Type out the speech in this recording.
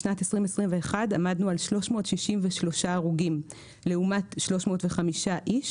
בשנת 2021 עמדנו על 363 הרוגים לעומת 305 איש,